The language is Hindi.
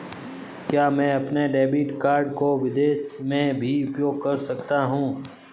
क्या मैं अपने डेबिट कार्ड को विदेश में भी उपयोग कर सकता हूं?